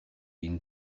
been